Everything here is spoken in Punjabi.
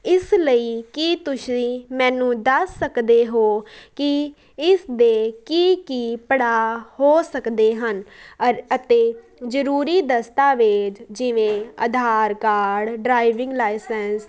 ਇਸ ਲਈ ਕੀ ਤੁਸੀਂ ਮੈਨੂੰ ਦੱਸ ਸਕਦੇ ਹੋ ਕਿ ਇਸ ਦੇ ਕੀ ਕੀ ਪੜਾਅ ਹੋ ਸਕਦੇ ਹਨ ਅਰ ਅਤੇ ਜ਼ਰੂਰੀ ਦਸਤਾਵੇਜ਼ ਜਿਵੇਂ ਆਧਾਰ ਕਾਰਡ ਡ੍ਰਾਈਵਿੰਗ ਲਾਈਸੈਂਸ